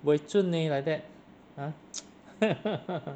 buay zun leh like that !huh!